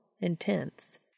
intense